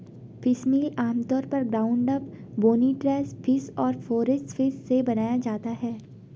fishmeal आमतौर पर ground up, bony trash fish और फोरेज फिश से बनाया जाता है